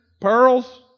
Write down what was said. pearls